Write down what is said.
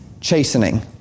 chastening